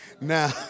Now